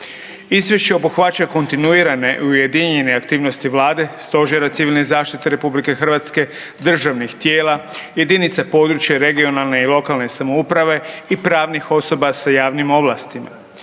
Izvješće obuhvaća kontinuirane i ujedinjene aktivnosti vlade, Stožera civilne zaštite RH, državnih tijela, jedinice područne regionalne i lokalne samouprave i pravnih osoba sa javnim ovlastima.